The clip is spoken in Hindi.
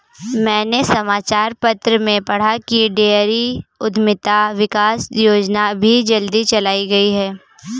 मैंने समाचार पत्र में पढ़ा की डेयरी उधमिता विकास योजना अभी जल्दी चलाई गई है